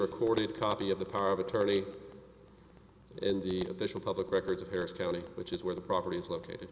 recorded copy of the power of attorney in the official public records of harris county which is where the property is located